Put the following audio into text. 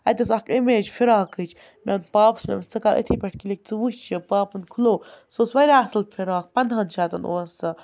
اَتہِ ٲس اَکھ اِمیج فِراقٕچ مےٚ ووٚن پاپَس مےٚ ووٚنمَس ژٕ کَر أتھی پٮ۪ٹھ کِلِک ژٕ وٕچھ یہِ پاپَن کھُلوو سُہ اوس واریاہ اَصٕل فِراق پنٛدٕہَن شَتَن اوس سُہ